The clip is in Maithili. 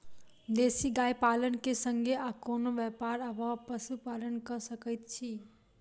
देसी गाय पालन केँ संगे आ कोनों व्यापार वा पशुपालन कऽ सकैत छी?